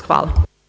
Hvala.